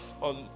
on